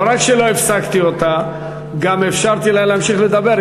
לא רק שלא הפסקתי אותה, גם אפשרתי לה להמשיך לדבר.